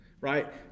right